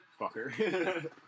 fucker